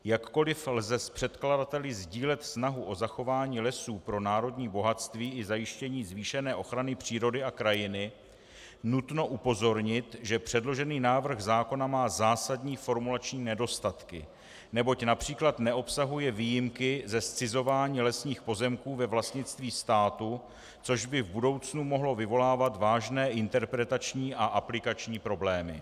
Jakkoliv lze s předkladateli sdílet snahu o zachování lesů pro národní bohatství i zajištění zvýšené ochrany přírody a krajiny, nutno upozornit, že předložený návrh zákona má zásadní formulační nedostatky, neboť například neobsahuje výjimky ze zcizování lesních pozemků ve vlastnictví státu, což by v budoucnu mohlo vyvolávat vážné interpretační a aplikační problémy.